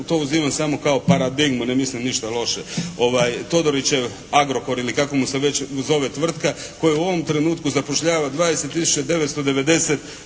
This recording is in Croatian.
to uzimam samo kao paradigmu, ne mislim ništa loše. Todorićev "Agrokor" ili kako mu se već zove tvrtka koja u ovom trenutku zapošljava 20